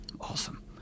Awesome